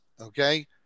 okay